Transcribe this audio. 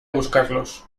buscarlos